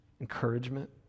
Encouragement